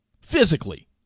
physically